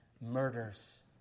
murders